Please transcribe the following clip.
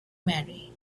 marry